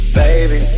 baby